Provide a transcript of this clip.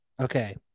okay